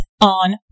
on